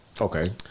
Okay